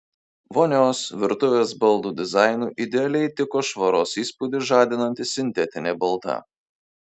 vonios virtuvės baldų dizainui idealiai tiko švaros įspūdį žadinanti sintetinė balta